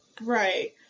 right